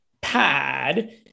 pad